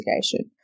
investigation